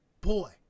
boy